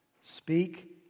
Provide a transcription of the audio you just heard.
Speak